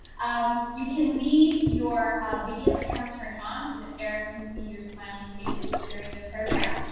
um, you can leave your video camera turned on so that eric can see your smiling faces during the program,